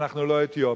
ואנחנו לא אתיופים.